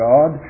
God